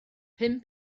pum